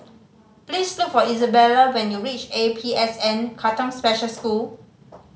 please look for Isabella when you reach A P S N Katong Special School